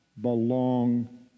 belong